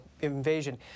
invasion